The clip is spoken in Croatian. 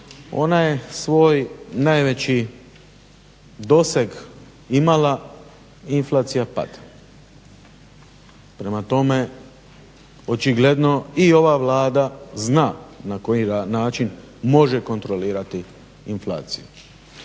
ona je svoj najveći doseg imala inflacija pada. Prema tome, očigledno i ova Vlada zna na koji način može kontrolirati inflaciju.